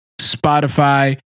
Spotify